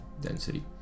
density